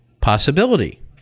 possibility